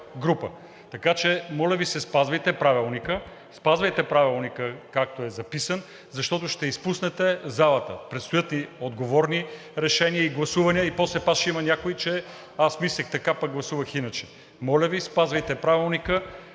Правилника. Спазвайте Правилника, както е записан, защото ще изпуснете залата. Предстоят отговорни решения и гласувания и после пак ще има някой: аз мислех така, пък гласувах иначе. Моля Ви, спазвайте Правилника.